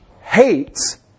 hates